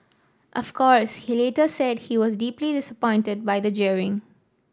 of course he later said he was deeply disappointed by the jeering